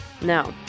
No